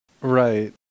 Right